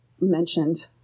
mentioned